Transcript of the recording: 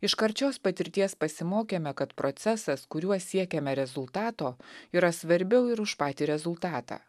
iš karčios patirties pasimokėme kad procesas kuriuo siekiame rezultato yra svarbiau ir už patį rezultatą